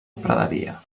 praderia